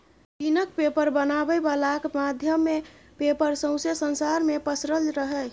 चीनक पेपर बनाबै बलाक माध्यमे पेपर सौंसे संसार मे पसरल रहय